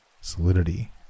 solidity